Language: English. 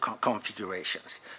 configurations